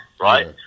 right